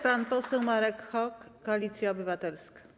Pan poseł Marek Hok, Koalicja Obywatelska.